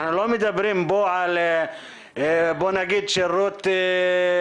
אנחנו לא מדברים פה על שירות "אובר",